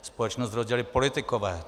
Společnost rozdělili politikové.